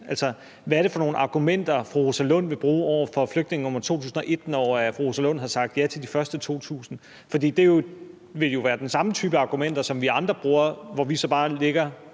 Hvad er det for nogle argumenter, fru Rosa Lund vil bruge over for flygtning nr. 2.001, når fru Rosa Lund har sagt ja til de første 2.000? For det vil jo være den samme type argumenter, som vi andre bruger, hvor vi så bare sætter